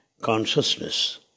consciousness